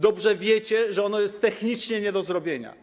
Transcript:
Dobrze wiecie, że ono jest technicznie nie do zrobienia.